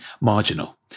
marginal